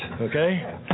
okay